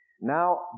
Now